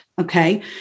Okay